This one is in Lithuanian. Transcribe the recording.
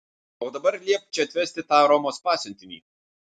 o dabar liepk čia atvesti tą romos pasiuntinį